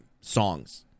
songs